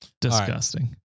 Disgusting